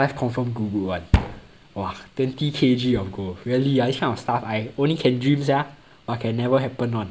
life confirm good good [one] !wah! twenty K_G of gold really ah this kind of stuff I only can dream sia but can never happen [one]